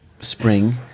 spring